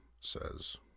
says